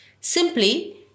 Simply